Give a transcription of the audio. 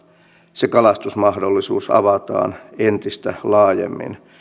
se kalastusmahdollisuus avataan entistä laajemmin